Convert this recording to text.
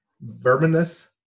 Verminous